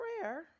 Prayer